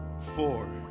four